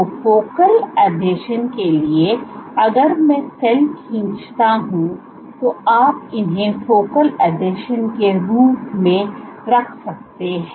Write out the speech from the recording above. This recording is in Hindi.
तो फोकल आसंजनों के लिए अगर मैं सेल खींचता हूं तो आप इन्हें फोकल आसंजन के रूप में रख सकते हैं